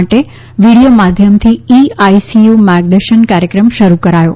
માટે વિડિયો માધ્યમથી e ICU માર્ગદર્શન કાર્યક્રમ શરૂ કરાયો